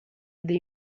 dei